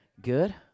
Good